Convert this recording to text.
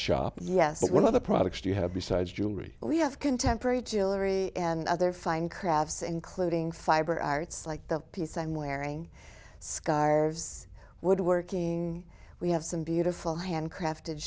you yes one of the products you have besides jewelry we have contemporary jewelry and other fine crafts including fiber arts like the piece i'm wearing scarves woodworking we have some beautiful hand crafted